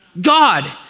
God